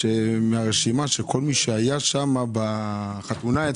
שברשימה של כל מי שהיה בין המוזמנים בחתונה,